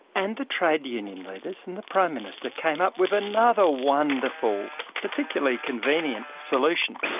and the trade union leaders and the prime minister came up with another wonderful particularly convenient solution.